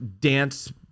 dance